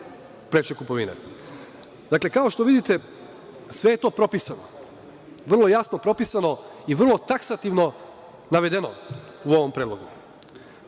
preče kupovine. Dakle, kao što vidite sve je to propisano, vrlo jasno propisano i vrlo taksativno navedeno u ovom predlogu.